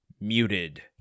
muted